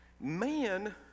Man